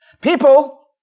People